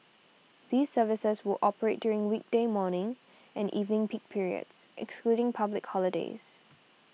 these services will operate during weekday morning and evening peak periods excluding public holidays